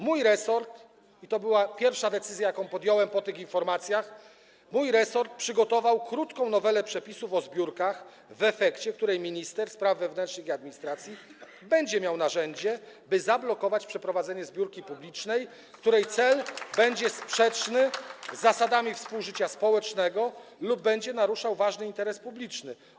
Mój resort - to była pierwsza decyzja, jaką podjąłem po tych informacjach - przygotował krótką nowelę przepisów o zbiórkach, w której efekcie minister spraw wewnętrznych i administracji będzie miał narzędzie, by zablokować przeprowadzenie zbiórki publicznej, której cel będzie sprzeczny z zasadami współżycia społecznego lub będzie naruszał ważny interes publiczny.